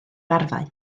arfau